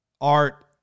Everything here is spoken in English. art